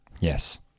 yes